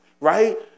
right